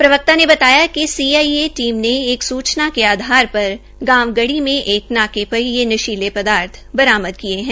प्रवक्ता ने बताया कि सीआईए टीम ने एक सूचना के आधार पर गांव गढ़ी में एक नाके पर यह नशीले पदार्थ बरामद किये है